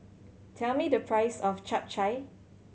tell me the price of Chap Chai